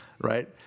right